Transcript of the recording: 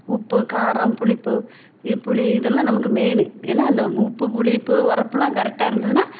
உப்பு காரம் புளிப்பு இது புளி இதெல்லாம் நமக்கு மெயினு ஏன்னா அந்த உப்பு புளிப்பு உரப்புலாம் கரெக்டாக இருந்ததுனா